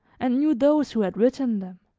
and knew those who had written them.